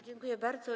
Dziękuję bardzo.